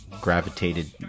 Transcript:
gravitated